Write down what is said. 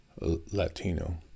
Latino